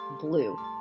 BLUE